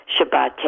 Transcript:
Shabbat